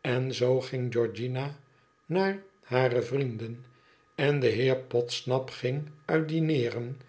en zoo ging georgiana naar hare vrienden en de heer podsnap ging uit dineeren